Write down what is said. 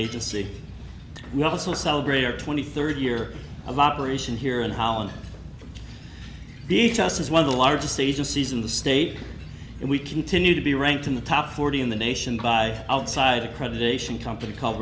agency we also celebrate or twenty third year of operation here in holland being just as one of the largest agencies in the state and we continue to be ranked in the top forty in the nation by outside accreditation company called